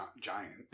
giant